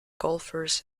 golfers